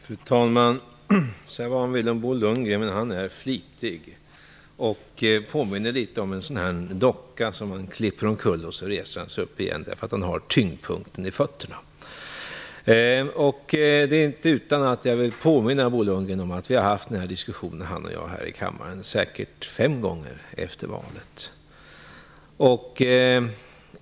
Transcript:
Fru talman! Säga vad man vill om Bo Lundgren - han är flitig och påminner litet om en docka av den sorten som efter att ha slagits ned kan resa sig upp igen, eftersom den har tyngdpunkten nedtill. Jag vill påminna Bo Lundgren om att han och jag har fört denna diskussion här i kammaren säkerligen fem gånger efter valet.